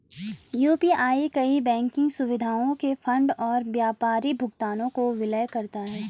UPI कई banking सुविधाओं के फंड और व्यापारी भुगतानों को विलय करता है